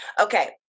Okay